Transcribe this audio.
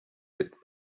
bit